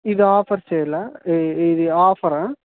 ఇది offer sale ఇది offer